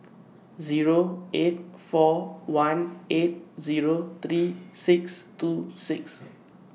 Zero eight four one eight Zero three six two six